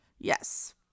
yes